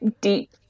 deep